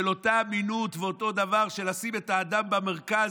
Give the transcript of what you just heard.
אותה מינות ואותו דבר של לשים את האדם במרכז,